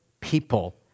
People